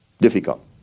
difficult